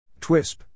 Twisp